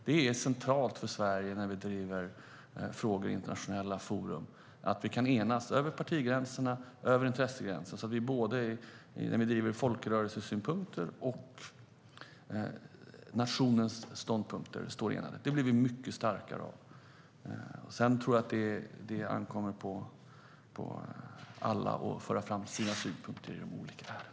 Det är centralt för Sverige, när vi driver frågor i internationella forum, att vi kan enas över partigränser och intressegränser, så att vi står enade när vi driver folkrörelsesynpunkter och nationens synpunkter. Det blir vi mycket starkare av. Sedan tror jag att det ankommer på alla att föra fram sina synpunkter i de olika ärendena.